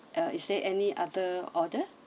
uh is there any other order